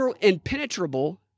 impenetrable—